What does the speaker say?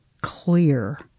clear